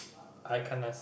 I can't answer